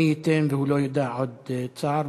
מי ייתן ולא ידע עוד צער,